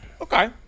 okay